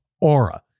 Aura